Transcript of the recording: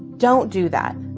don't do that